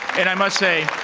and i must say